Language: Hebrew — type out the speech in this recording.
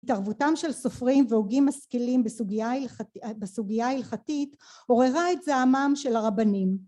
התערבותם של סופרים והוגים משכילים בסוגיה ההלכתית, עוררה את זעמם של הרבנים